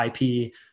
IP